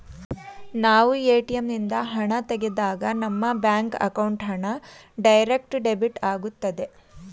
ನಾವು ಎ.ಟಿ.ಎಂ ನಿಂದ ಹಣ ತೆಗೆದಾಗ ನಮ್ಮ ಬ್ಯಾಂಕ್ ಅಕೌಂಟ್ ಹಣ ಡೈರೆಕ್ಟ್ ಡೆಬಿಟ್ ಆಗುತ್ತದೆ